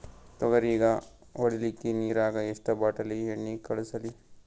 ತೊಗರಿಗ ಹೊಡಿಲಿಕ್ಕಿ ನಿರಾಗ ಎಷ್ಟ ಬಾಟಲಿ ಎಣ್ಣಿ ಕಳಸಲಿ?